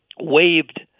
waived